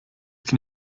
can